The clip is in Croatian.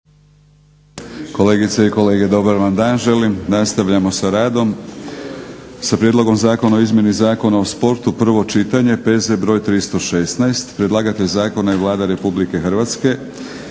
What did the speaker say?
Kolegice i kolege, dobar vam dan želim. Nastavljamo sa radom sa: - Prijedlog zakona o izmjenama Zakona o sportu, P.Z. br. 316 Predlagatelj zakona je Vlada Republike Hrvatske.